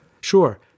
Sure